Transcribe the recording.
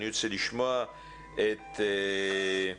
אני מבקש לשמוע את זאב